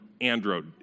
Android